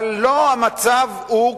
אבל לא המצב הוא כזה.